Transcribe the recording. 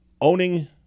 owning